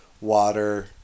Water